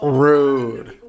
rude